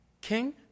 King